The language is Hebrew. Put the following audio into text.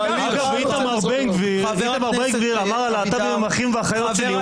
איתמר בן גביר אמר ללהט"בים אחים ואחיות שלי.